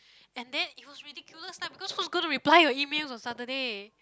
and then it was ridiculous lah because who is gonna reply your emails on Saturday